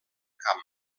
camp